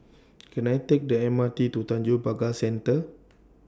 Can I Take The M R T to Tanjong Pagar Center